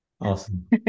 Awesome